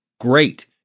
Great